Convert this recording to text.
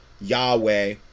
Yahweh